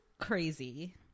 crazy